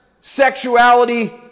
sexuality